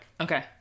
Okay